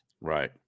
Right